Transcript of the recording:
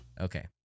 Okay